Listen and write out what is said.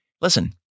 listen